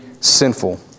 sinful